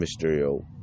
Mysterio